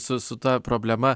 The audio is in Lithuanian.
su su ta problema